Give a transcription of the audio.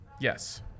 Yes